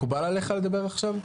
מקובל עליך לדבר עכשיו?